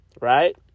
right